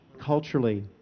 culturally